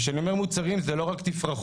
וכשאני אומר מוצרים זה לא רק תפרחות,